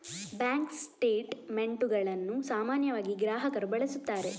bank ಸ್ಟೇಟ್ ಮೆಂಟುಗಳನ್ನು ಸಾಮಾನ್ಯವಾಗಿ ಗ್ರಾಹಕರು ಬಳಸುತ್ತಾರೆ